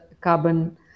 carbon